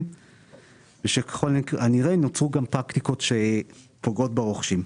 וככל הנראה גם נוצרו פרקטיקות שפוגעות ברוכשים.